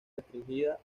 restringida